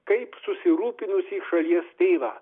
kaip susirūpinusį šalies tėvą